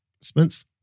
Spence